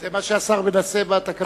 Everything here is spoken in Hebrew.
זה מה שהשר מנסה בתקנות להעביר את זה.